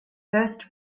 first